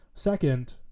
Second